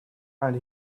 and